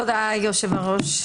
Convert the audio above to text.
תודה, יושב-הראש,